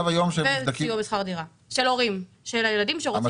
וסיוע בשכר דירה של הורים של ילדים שרוצים